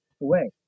away